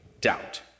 doubt